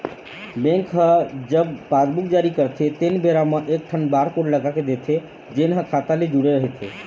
bank ह जब passbook जारी करथे तेन बेरा म एकठन बारकोड लगा के देथे जेन ह खाता ले जुड़े रहिथे